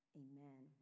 amen